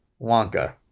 Wonka